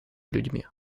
людьми